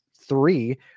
three